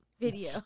video